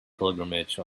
pilgrimage